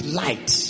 light